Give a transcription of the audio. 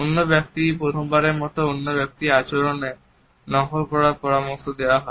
অন্য ব্যক্তি প্রথমবারের মতো অন্য ব্যক্তির আচরণ নকল করার পরামর্শ দেওয়া হয়